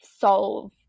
solve